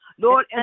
Lord